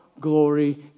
glory